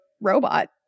robot